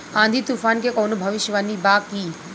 आँधी तूफान के कवनों भविष्य वानी बा की?